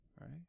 right